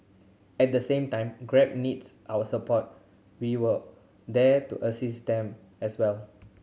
at the same time Grab needs our support we were there to assist them as well